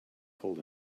cold